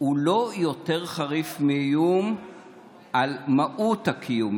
הוא לא יותר חריף מאיום על מהות הקיום,